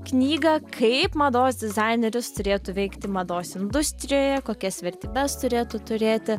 knygą kaip mados dizaineris turėtų veikti mados industrijoje kokias vertybes turėtų turėti